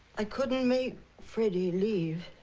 i couldn't make freddy leave.